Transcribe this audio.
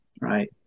right